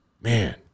Man